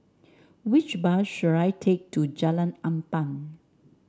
which bus should I take to Jalan Ampang